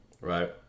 right